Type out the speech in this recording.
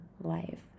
life